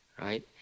Right